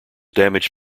damage